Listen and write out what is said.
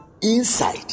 inside